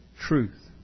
truth